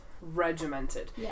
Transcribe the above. regimented